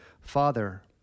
Father